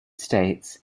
states